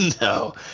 No